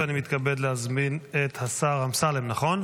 ואני מתכבד להזמין את השר אמסלם, נכון?